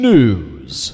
News